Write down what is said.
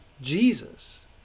Jesus